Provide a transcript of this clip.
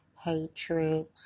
hatred